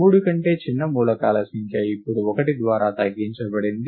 3 కంటే చిన్న మూలకాల సంఖ్య ఇప్పుడు 1 ద్వారా తగ్గించబడింది